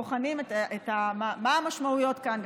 בוחנים מה המשמעויות כאן,